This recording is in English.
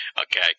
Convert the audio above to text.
Okay